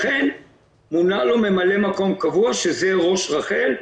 לכן מונה לו ממלא מקום קבוע שהוא ראש רח"ל,